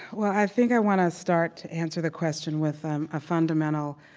well, i think i want to start to answer the question with a fundamental,